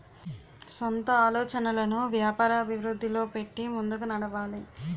సొంత ఆలోచనలను వ్యాపార అభివృద్ధిలో పెట్టి ముందుకు నడవాలి